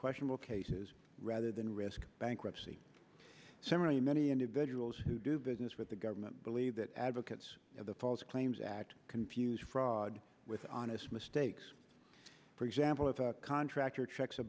questionable cases rather than risk bankruptcy so many many individuals who do business with the government believe that advocates of the false claims act confused fraud with honest mistakes for example if a contractor checks a